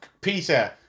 Peter